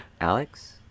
Alex